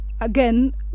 again